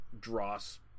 dross